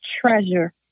treasure